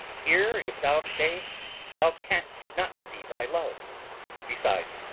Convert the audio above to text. here if thou stay thou canst not see thy love besides,